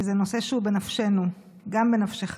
כי זה נושא שהוא בנפשנו, גם בנפשך.